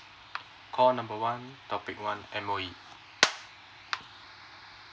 call number one topic one M_O_E